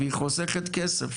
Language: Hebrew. והיא חוסכת כסף.